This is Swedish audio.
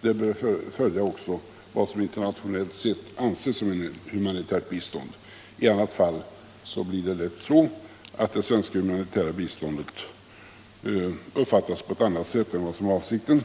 Det bör också följa vad som internationellt sett anses som humanitärt bistånd. Annars blir det lätt så att det svenska humanitära biståndet uppfattas på ett annat sätt än vad som var avsikten